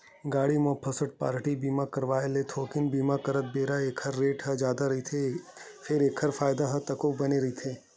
गाड़ी म first party बीमा करवाय ले थोकिन बीमा करत बेरा ऐखर रेट ह जादा रहिथे फेर एखर फायदा ह तको बने रहिथे